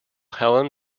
helen